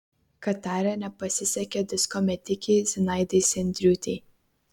katare nepasisekė disko metikei zinaidai sendriūtei